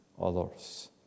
others